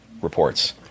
reports